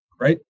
right